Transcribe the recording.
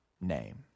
name